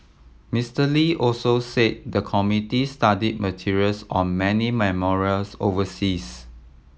Mister Lee also said the committee study materials on many memorials overseas